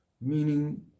meaning